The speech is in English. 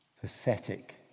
pathetic